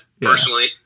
personally